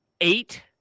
eight